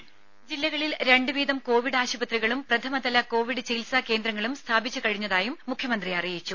voice രേര ജില്ലകളിൽ രണ്ടു വീതം കോവിഡ് ആശുപത്രികളും പ്രഥമതല കോവിഡ് ചികിത്സാ കേന്ദ്രങ്ങളും സ്ഥാപിച്ചു കഴിഞ്ഞതായും മുഖ്യമന്ത്രി അറിയിച്ചു